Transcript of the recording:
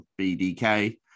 bdk